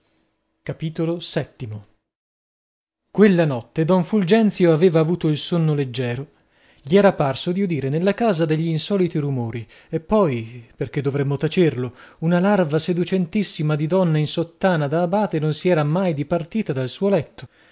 capitolo vii quella notte don fulgenzio aveva avuto il sonno leggero gli era parso di udire nella casa degli insoliti rumori e poi perchè dovremmo tacerlo una larva seducentissima di donna in sottana da abate non si era mai dipartita dal suo letto